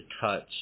touch